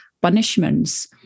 punishments